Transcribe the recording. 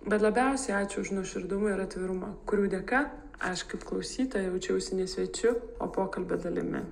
bet labiausiai ačiū už nuoširdumą ir atvirumą kurių dėka aš kaip klausytoja jaučiausi ne svečiu o pokalbio dalimi